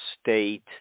state